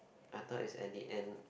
I thought is at the end